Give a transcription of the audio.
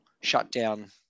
shutdown